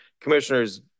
Commissioners